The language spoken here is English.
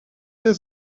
there